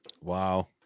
wow